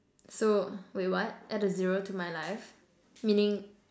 so wait what add a zero to my life meaning